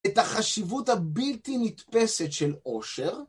את החשיבות הבלתי נתפסת של עושר